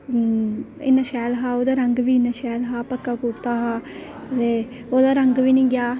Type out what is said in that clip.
इन्ना शैल हा ओह्दा रंग बी इन्ना शैल हा पक्का कुरता हा ते ओह्दा रंग बी निं गेआ